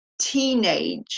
teenage